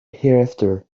hereafter